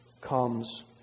comes